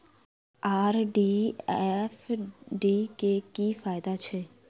RD आ FD क की फायदा छै?